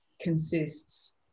consists